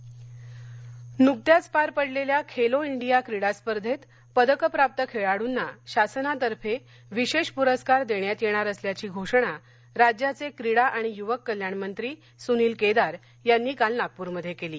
खेलो डिया गौरव नुकत्याच पार पडलेल्या खेलो इंडिया क्रीडा स्पर्धेत पदक प्राप्त खेळाडूंना शासनातर्फे विशेष पुरस्कार देण्यात येणार असल्याची घोषणा राज्याचे क्रीडा आणि युवक कल्याण मंत्री सुनील केदार यांनी काल नागपूरमध्ये केली